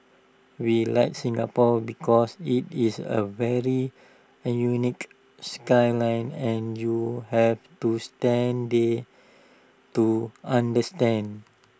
we like Singapore because IT is A very an unique skyline and you have to stand there to understand